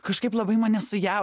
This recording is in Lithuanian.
kažkaip labai mane su jav